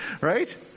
Right